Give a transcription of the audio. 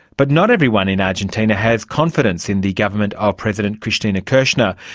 but not everyone in argentina has confidence in the government of president cristina kirchner.